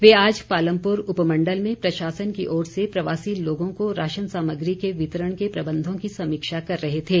वे आज पालमपुर उपमण्डल में प्रशासन की ओर से प्रवासी लोगों को राशन सामग्री के वितरण के प्रबंधों की समीक्षा कर रहे थे